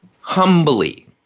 humbly